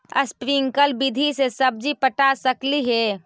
Sprinkle विधि से सब्जी पटा सकली हे?